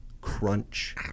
crunch